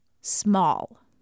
small